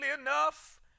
enough